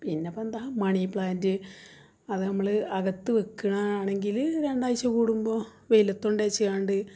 പിന്നെപ്പെന്താ money plant അത് നമ്മൾ അകത്ത് വെക്കണ ആണെങ്കിൽ അത് രണ്ടാഴ്ച കൂടുമ്പോൾ വെയിലത്തുണ്ടാച്ങ്ങാണ്ട്